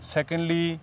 Secondly